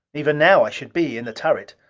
even now i should be in the turret.